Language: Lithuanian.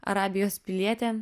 arabijos pilietė